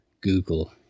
Google